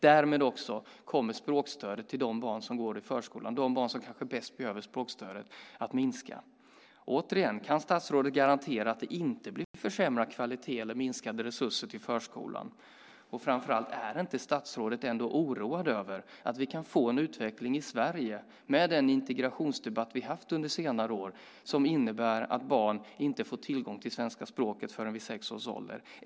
Därmed kommer också språkstödet till de barn som går i förskolan, de barn som kanske bäst behöver språkstödet, att minska. Återigen: Kan statsrådet garantera att det inte blir försämrad kvalitet eller minskade resurser till förskolan? Framför allt: Är inte statsrådet ändå oroad över att vi kan få en utveckling i Sverige, med den integrationsdebatt vi haft under senare år, som innebär att barn inte får tillgång till svenska språket förrän vid sex års ålder?